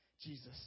Jesus